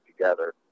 together